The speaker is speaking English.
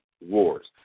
wars